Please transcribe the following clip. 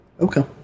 Okay